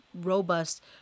robust